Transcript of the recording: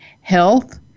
health